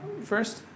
first